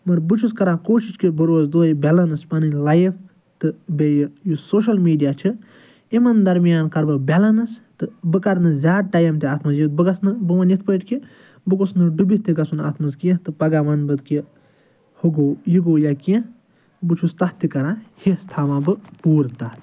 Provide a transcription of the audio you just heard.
مگر بہٕ چھُس کران کوٗشش کہِ بہٕ روزٕ دۄہے بیلنٕس پنٕنۍ لایف تہٕ بیٚیہِ یُس سوشل میٖڈیا چھِ یِمن درمیان کرٕ بہٕ بیلنٕس تہٕ بہٕ کرٕنہٕ زیادٕ ٹایِم تہِ اتھ منٛز یُتھ بہٕ گژھنہٕ بہٕ ونہٕ یِتھ پٲٹھۍ کہِ بہٕ گۄژھُسس نہٕ ڈُبتھ تہِ گژھُن اتھ منٛز کینٛہہ تہٕ پگاہ ونہٕ بہٕ کہِ ہُہ گوٚو یہِ گوٚو یا کینٛہہ بہٕ چھُس تتھ تہِ کران ہٮ۪س تھاوان بہٕ پوٗرٕ تتھ